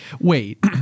wait